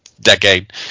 decade